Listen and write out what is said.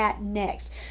Next